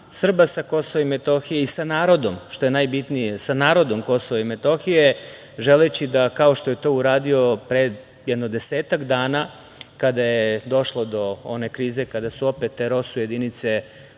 Srba sa KiM i sa narodom, što je najbitnije, sa narodom KiM, želeći da kao što je to uradio pre jedno desetak dana, kada je došlo do one krize kada su opet te ROSU jedinice